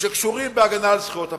שקשורים בהגנה על זכויות הפרט.